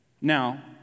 Now